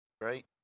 right